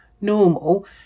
normal